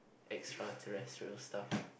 extra terrestrial stuff